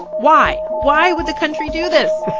why? why would the country do this?